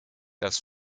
das